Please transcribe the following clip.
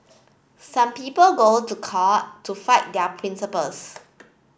some people go to court to fight their principles